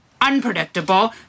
unpredictable